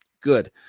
good